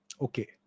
Okay